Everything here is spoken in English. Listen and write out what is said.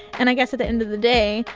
and i guess at the end of the day,